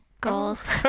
Goals